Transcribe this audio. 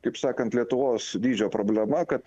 kaip sakant lietuvos dydžio problema kad